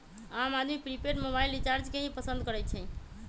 आम आदमी prepaid mobile recharge के ही पसंद करई छई